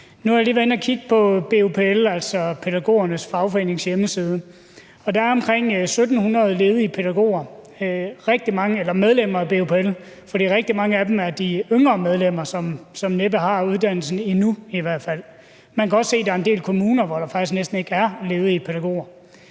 Nu har jeg lige været inde at kigge på BUPL's, altså pædagogernes fagforenings, hjemmeside, og der er omkring 1.700 ledige medlemmer af BUPL. Rigtig mange af dem er de yngre medlemmer, som næppe har uddannelsen endnu. Man kan også se, at der er en del kommuner, hvor der faktisk næsten ikke er ledige pædagoger,